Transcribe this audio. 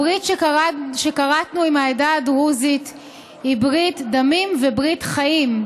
הברית שכרתנו עם העדה הדרוזית היא ברית דמים וברית חיים.